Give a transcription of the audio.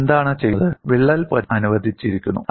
എന്താണ് ചെയ്യുന്നത് വിള്ളൽ പ്രചരിപ്പിക്കാൻ അനുവദിച്ചിരിക്കുന്നു